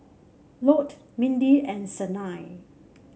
Lott Mindy and Sanai